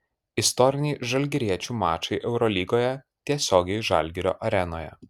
istoriniai žalgiriečių mačai eurolygoje tiesiogiai žalgirio arenoje